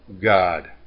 God